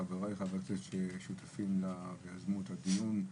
חבריי חברי הכנסת השותפים ויזמו את הדיון.